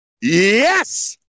Yes